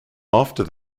after